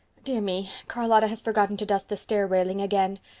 dear me, charlotta has forgotten to dust the stair railing again.